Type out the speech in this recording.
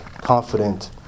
confident